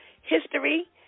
history